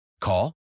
call